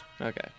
Okay